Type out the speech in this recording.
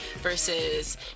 versus